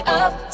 up